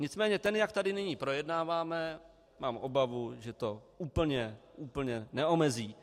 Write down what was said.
Nicméně ten, jak tady nyní projednáváme, mám obavu, že to úplně neomezí.